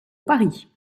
paris